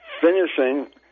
finishing